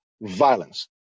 violence